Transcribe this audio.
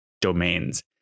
domains